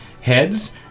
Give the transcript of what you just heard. Heads